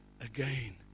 again